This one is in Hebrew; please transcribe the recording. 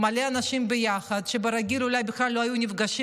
מלא אנשים ביחד שברגיל אולי בכלל לא היו נפגשים,